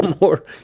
more